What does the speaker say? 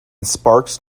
sparks